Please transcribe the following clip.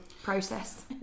Process